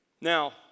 Now